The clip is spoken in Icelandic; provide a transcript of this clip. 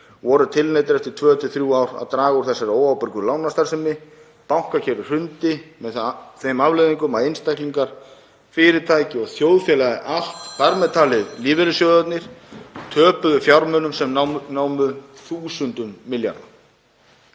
voru tilneyddir eftir 2–3 ár að draga úr þessari óábyrgu lánastarfsemi, bankakerfið hrundi með þeim afleiðingum að einstaklingar, fyrirtæki og þjóðfélagið allt, þar með talið lífeyrissjóðirnir, töpuðu fjármunum sem námu þúsundum milljarða.